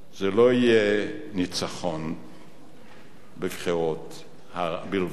לא יהיה ניצחון בבחירות בלבד.